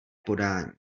podání